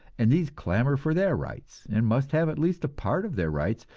and these clamor for their rights, and must have at least a part of their rights,